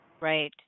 Right